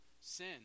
sin